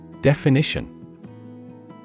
Definition